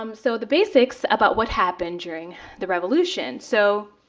um so the basics about what happened during the revolution. so